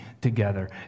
together